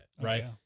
right